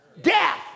death